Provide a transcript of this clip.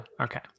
okay